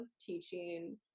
teaching